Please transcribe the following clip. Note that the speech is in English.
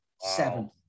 seven